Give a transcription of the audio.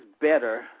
better